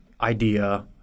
idea